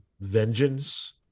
vengeance